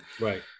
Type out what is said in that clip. Right